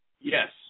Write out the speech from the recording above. Yes